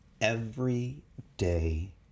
everyday